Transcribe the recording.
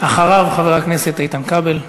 אחריו, חבר הכנסת איתן כבל.